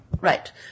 Right